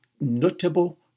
notable